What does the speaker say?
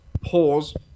pause